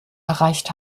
erreicht